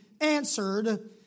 answered